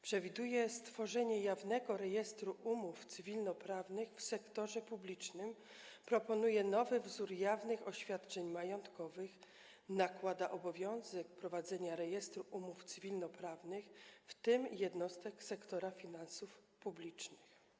Przewiduje stworzenie jawnego rejestru umów cywilnoprawnych w sektorze publicznym, proponuje nowy wzór jawnych oświadczeń majątkowych, nakłada obowiązek prowadzenia rejestru umów cywilnoprawnych, w tym jednostek sektora finansów publicznych.